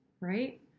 right